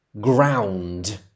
ground